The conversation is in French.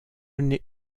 n’ai